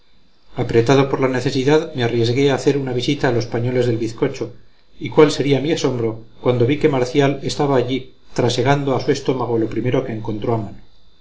apretado por la necesidad me arriesgué a hacer una visita a los pañoles del bizcocho y cuál sería mi asombro cuando vi que marcial estaba allí trasegando a su estómago lo primero que encontró a